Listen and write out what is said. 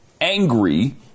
angry